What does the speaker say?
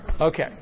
Okay